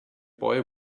boy